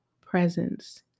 presence